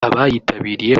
abayitabiriye